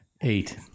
eight